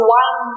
one